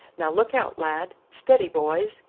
now look out, lad! steady, boys!